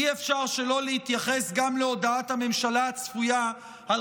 אי-אפשר שלא להתייחס גם להודעת הממשלה הצפויה על